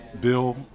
Bill